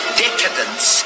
decadence